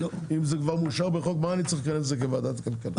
אם זה כבר מאושר בחוק מה אני צריך לכנס את זה כוועדת כלכלה?